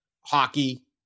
hockey